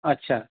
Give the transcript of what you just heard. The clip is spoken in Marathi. अच्छा